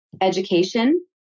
education